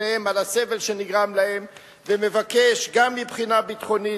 בפניהם על הסבל שנגרם להם ומבקש גם מבחינה ביטחונית,